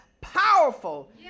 powerful